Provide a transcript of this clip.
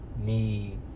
need